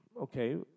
okay